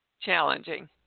challenging